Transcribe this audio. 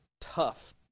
tough